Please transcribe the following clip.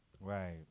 Right